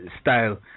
style